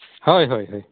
ᱦᱳᱭ ᱦᱳᱭ ᱦᱳᱭ